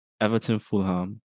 Everton-Fulham